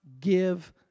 give